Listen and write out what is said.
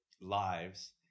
lives